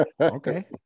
Okay